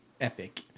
epic